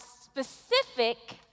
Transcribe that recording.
specific